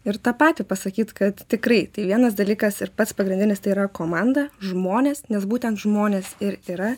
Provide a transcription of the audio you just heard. ir tą patį pasakyt kad tikrai tai vienas dalykas ir pats pagrindinis tai yra komanda žmonės nes būtent žmonės ir yra